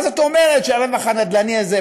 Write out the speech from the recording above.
מה זאת אומרת שהרווח הנדל"ני הזה,